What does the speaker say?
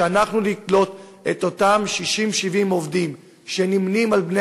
שאנחנו נקלוט את אותם 60 70 עובדים שנמנים עם בני